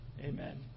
Amen